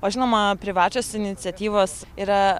o žinoma privačios iniciatyvos yra